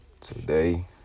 Today